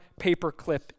paperclip